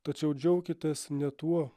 tačiau džiaukitės ne tuo